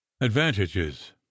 advantages